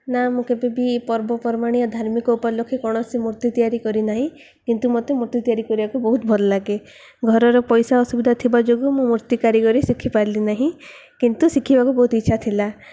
ନା ମୁଁ କେବେ ବି ପର୍ବପର୍ବାଣୀୟ ଧାର୍ମିକ ଉପଲକ୍ଷେ କୌଣସି ମୂର୍ତ୍ତି ତିଆରି କରିନାହିଁ କିନ୍ତୁ ମୋତେ ମୂର୍ତ୍ତି ତିଆରି କରିବାକୁ ବହୁତ ଭଲ ଲାଗେ ଘରର ପଇସା ଅସୁବିଧା ଥିବା ଯୋଗୁଁ ମୁଁ ମୂର୍ତ୍ତି କାରିଗରୀ ଶିଖିପାରିଲି ନାହିଁ କିନ୍ତୁ ଶିଖିବାକୁ ବହୁତ ଇଚ୍ଛା ଥିଲା